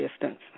distance